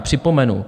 Připomenu.